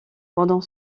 pendant